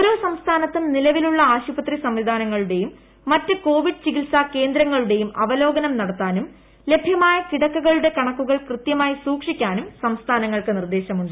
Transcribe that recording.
ഓരോ സംസ്ഥാനത്തും നിലവിലുള്ള ആശുപത്രി സംവിധാനങ്ങളുടെയും മറ്റു കോവിഡ് ചികിത്സാ കേന്ദ്രങ്ങളുടെയും അവലോകനം നടത്താനും ലഭൃമായ കിടക്കളുടെ കണക്കുകൾ കൃത്യമായി സൂക്ഷിക്കാനും സംസ്ഥാനങ്ങൾക്ക് നിർദ്ദേശമുണ്ട്